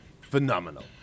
phenomenal